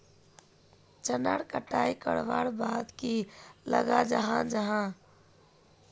चनार कटाई करवार बाद की लगा जाहा जाहा?